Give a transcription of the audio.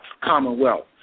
commonwealth